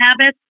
habits